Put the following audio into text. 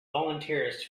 volunteers